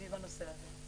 סביב הנושא הזה.